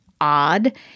odd